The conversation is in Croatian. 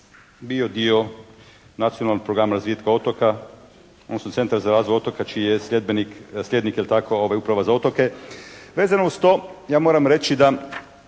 bio dio Nacionalnog programa razvitka otoka odnosno Centra za razvoj otoka čiji je sljednik je li tako Uprava za otoke. Vezano uz to, ja moram reći da